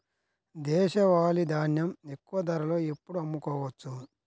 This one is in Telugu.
దేశవాలి ధాన్యం ఎక్కువ ధరలో ఎప్పుడు అమ్ముకోవచ్చు?